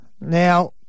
Now